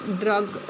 drug